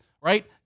right